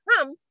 come